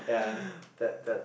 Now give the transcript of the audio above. ya that that